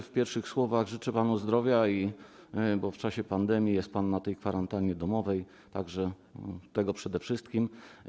W pierwszych słowach życzę panu zdrowia, bo w czasie pandemii jest pan na kwarantannie domowej, tak że tego przede wszystkim.